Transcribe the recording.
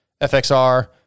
FXR